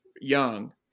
young